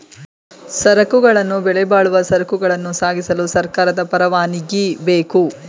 ಸರಕುಗಳನ್ನು ಬೆಲೆಬಾಳುವ ಸರಕುಗಳನ್ನ ಸಾಗಿಸಲು ಸರ್ಕಾರದ ಪರವಾನಗಿ ಬೇಕು